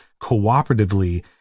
cooperatively